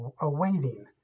awaiting